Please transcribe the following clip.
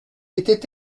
était